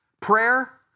prayer